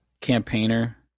Campaigner